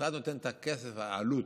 המשרד נותן את הכסף, העלות,